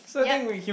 yup